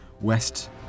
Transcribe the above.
west